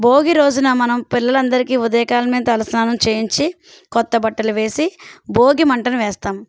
భోగి రోజున మనం పిల్లలందరికీ ఉదయకాలమే తల స్నానం చేయించి క్రొత్త బట్టలు వేసి భోగి మంటను వేస్తాము